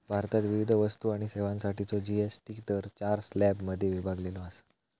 भारतात विविध वस्तू आणि सेवांसाठीचो जी.एस.टी दर चार स्लॅबमध्ये विभागलेलो असा